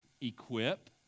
equip